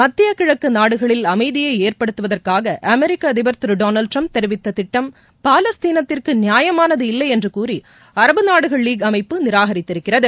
மத்திய கிழக்கு நாடுகளில் அமைதியை ஏற்படுத்துவதற்காக அமெரிக்க அதிபர் திரு டொனாவ்ட் ட்ரம்ப் தெரிவித்த திட்டம் பாலஸ்தீனத்திற்கு நியாயமானது இல்லையென்று கூறி அரபு நாடுகள் லீக் அமைப்பு நிராகரித்திருக்கிறது